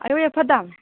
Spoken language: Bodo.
आयु एफा दाम